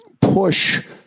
push